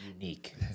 unique